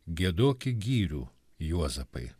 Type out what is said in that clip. giedoki gyrių juozapai